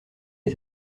est